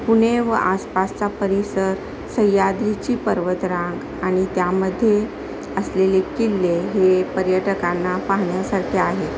पुणे व आसपासचा परिसर सह्याद्रीची पर्वतरांग आणि त्यामध्ये असलेले किल्ले हे पर्यटकांना पाहण्यासारखे आहे